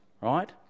right